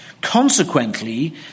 Consequently